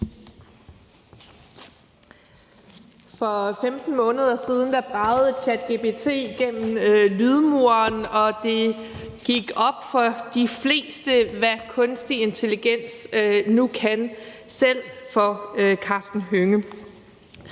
For 15 måneder siden bragede ChatGPT gennem lydmuren, og det gik op for de fleste, hvad kunstig intelligens nu kan, selv for Karsten Hønge.